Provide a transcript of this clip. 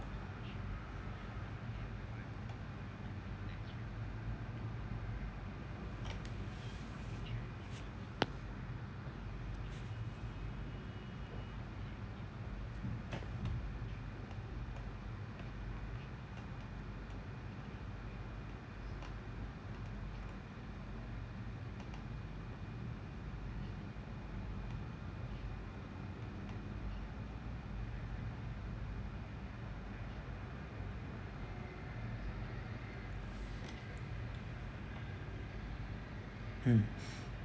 mm